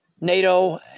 NATO